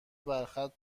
برخط